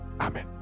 Amen